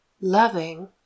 loving